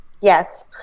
Yes